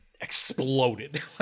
exploded